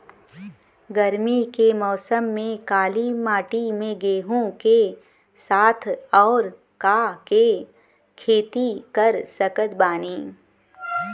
गरमी के मौसम में काली माटी में गेहूँ के साथ और का के खेती कर सकत बानी?